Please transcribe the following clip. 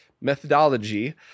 methodology